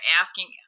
asking